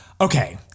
Okay